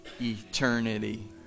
eternity